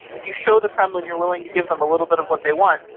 if you show the kremlin, you're willing to give them a little bit of what they want.